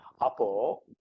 Apo